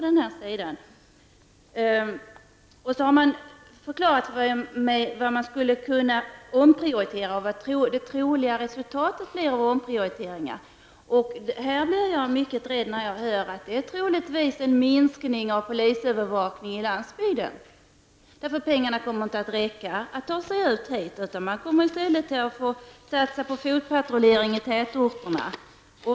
Man har förklarat för mig vad man skulle kunna omprioritera och vad det troliga resultatet av omprioriteringarna skulle bli. Här blir jag mycket rädd när jag hör att det troligtvis är en minskning av polisövervakningar på landsbygden som blir resultatet, därför att pengarna inte räcker. Man får i stället satsa på fotpatrulleringar i tätorterna.